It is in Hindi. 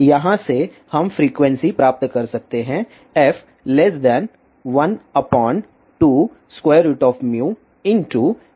यहाँ से हम फ्रीक्वेंसी प्राप्त कर सकते हैं f 12μma